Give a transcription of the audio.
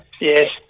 Yes